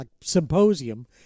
symposium